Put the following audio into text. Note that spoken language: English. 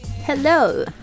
Hello